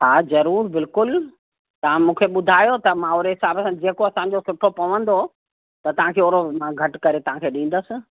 हा ज़रूरु बिल्कुलु तव्हां मूंखे ॿुधायो त मां ओड़े हिसाब सां जेको असांजो सुठो पवंदो त तव्हांखे ओड़ो मां घटि करे तव्हांखे ॾींदसि